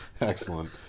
excellent